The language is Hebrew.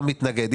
האוצר מתנגד.